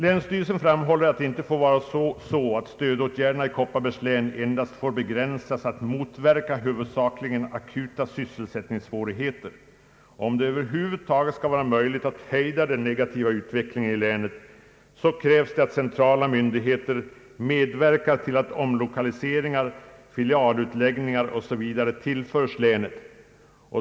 Länsstyrelsen framhåller att det inte får vara så att stödåtgärderna i Kopparbergs län begränsas till att endast motverka huvudsakligen akuta sysselsättningssvårigheter. Om det över huvud taget skall vara möjligt att hejda den negativa utvecklingen i länet krävs det att centrala myndigheter medverkar till att omlokaliseringar, filialutläggningar osv. tillföres länet.